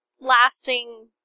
lasting